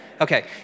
Okay